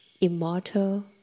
Immortal